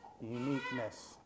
Uniqueness